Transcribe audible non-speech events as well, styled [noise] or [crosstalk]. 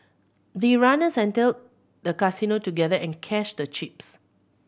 the runners [unintelligible] the casino together and cashed the chips